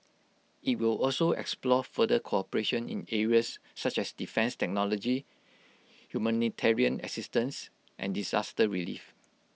IT will also explore further cooperation in areas such as defence technology humanitarian assistance and disaster relief